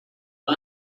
war